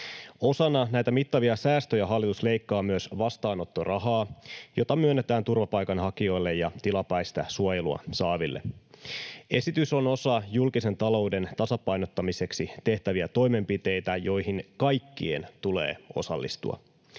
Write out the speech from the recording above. Osana näitä mittavia säästöjä hallitus leikkaa myös vastaanottorahaa, jota myönnetään turvapaikanhakijoille ja tilapäistä suojelua saaville. Esitys on osa julkisen talouden tasapainottamiseksi tehtäviä toimenpiteitä, joihin kaikkien tulee osallistua.